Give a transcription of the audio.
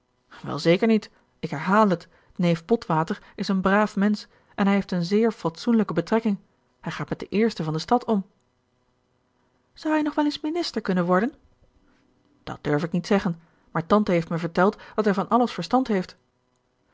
wel zeker niet ik herhaal het neef botwater is een braaf mensch en hij heeft eene zeer fatsoenlijke betrekking hij gaat met de eersten van de stad om zou hij nogwel eens minister kunnen worden dat durf ik niet zeggen maar tante heeft me verteld dat hij van alles verstand heeft